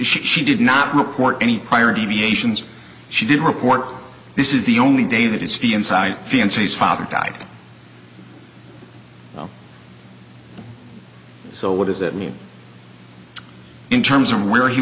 she did not report any prior deviations she did report this is the only day that his fee inside fiancee's father died so what does that mean in terms of where he